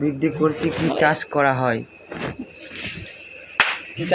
জমিতে নাইট্রোজেনের পরিমাণ বৃদ্ধি করতে কি চাষ করা হয়?